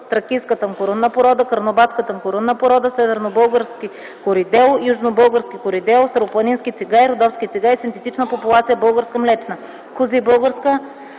Тракийска тънкорунна порода Карнобатска тънкорунна порода Севернобългарски коридел Южнобългарски коридел Старопланински цигай Родоски цигай Синтетична популация българска млечна КОЗИ Българска